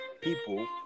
people